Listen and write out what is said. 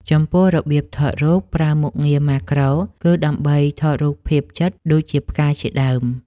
ចំពោះរបៀបថតរូបប្រើមុខងារម៉ាក្រូ គឺដើម្បីថតរូបភាពជិត ដូចជាផ្កាជាដើម។